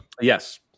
Yes